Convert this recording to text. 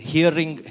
Hearing